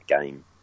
game